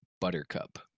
buttercup